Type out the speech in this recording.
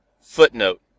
Footnote